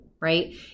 right